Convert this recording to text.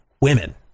women